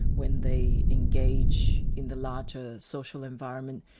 when they engage in the larger social environment,